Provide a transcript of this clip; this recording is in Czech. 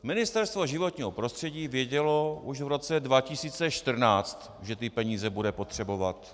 Ministerstvo životního prostředí vědělo už v roce 2014, že ty peníze bude potřebovat.